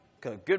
Good